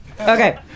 Okay